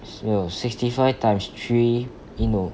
没有 sixty five times three eh no